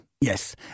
Yes